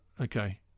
okay